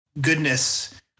goodness